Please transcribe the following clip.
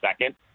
second